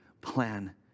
plan